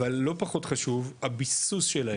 אבל לא פחות חשוב, הביסוס שלהם,